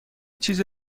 چیز